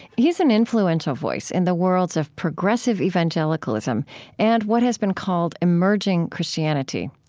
he's an influential voice in the worlds of progressive evangelicalism and what has been called emerging christianity.